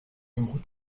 nombre